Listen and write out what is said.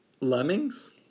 Lemmings